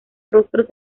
rostros